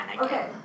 Okay